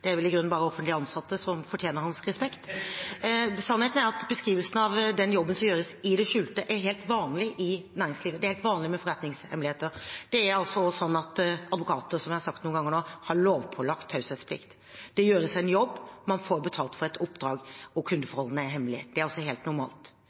vel i grunnen bare de offentlig ansatte som fortjener hans respekt. Sannheten er at beskrivelsen av den jobben som gjøres i det skjulte, er helt vanlig i næringslivet. Det er helt vanlig med forretningshemmeligheter. Det er også slik at advokater, som jeg har sagt noen ganger nå, har lovpålagt taushetsplikt. Det gjøres en jobb. Man får betalt for et oppdrag, og